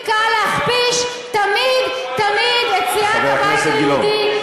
--- הכי קל להכפיש תמיד תמיד את סיעת הבית היהודי.